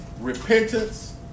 repentance